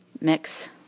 mix